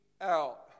out